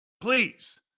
Please